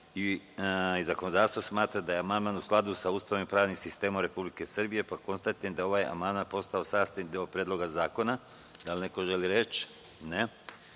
i zakonodavstvo smatra da je amandman u skladu sa Ustavom i pravnim sistemom Republike Srbije. Konstatujem da je ovaj amandman postao sastavni deo Predloga zakona. Da li neko želi reč?